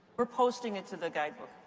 we're posting it to the guidebook.